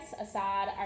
Assad